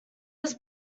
was